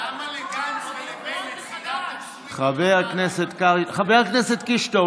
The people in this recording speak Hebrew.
אעיר ואגיד לך שהנוהל הזה שירדו